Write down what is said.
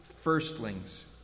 firstlings